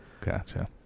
gotcha